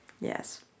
yes